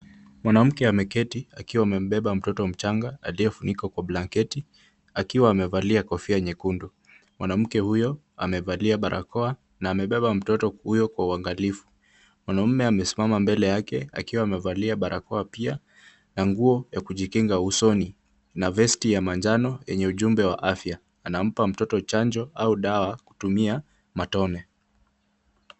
Mwanamke ameketi akiwa amebeba mtoto mchanga aliyefunikwa kwa blanketi akiwa amevalia kofia nyekundu. Mwanamke huyo amevalia barakoa na amebeba mtoto huyo kwa uangalifu. Mwanaume amesimama mbele yake akiwa amevalia barakoa pia na nguo ya kujikinga usoni na vesti ya manjano yenye ujumbe wa afya. Anampa mtoto chanjo au dawa kutumia matone.